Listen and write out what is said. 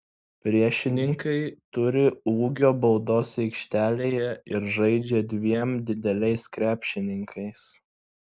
priešininkai turi ūgio baudos aikštelėje ir žaidžia dviem dideliais krepšininkais